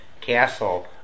Castle